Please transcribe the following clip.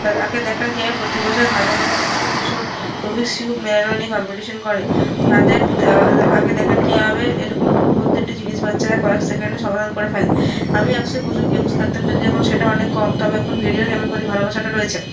তাকে দেখান কীভাবে প্রতি বছর হাজার হাজার শিশু কিশোর রুবিকস কিউব মেলানো নিয়ে কম্পিটিশন করে তাদের ত আগে দেখান কীভাবে এরকম দুর্বোধ্য একটি জিনিস বাচ্চারা কয়েক সেকেণ্ডে সমাধান করে ফেলে আমি একসময় প্রচুর গেমস খেলতাম যদি এখন সেটা অনেক কম তবে এখন ভিডিও গেমের প্রতি ভালোবাসাটা রয়েছে